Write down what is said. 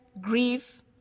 grief